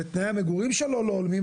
ותנאי המגורים שלו לא הולמים,